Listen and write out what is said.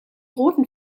roten